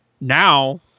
now